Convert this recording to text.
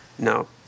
No